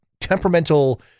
temperamental